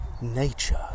Nature